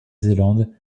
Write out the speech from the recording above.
zélande